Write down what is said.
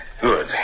Good